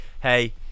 hey